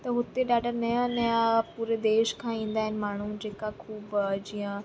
त हुते ॾाढा नयां नयां पूरे देश खां ईंदा आहिनि माण्हू जेका ख़ूबु जीअं